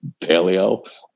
paleo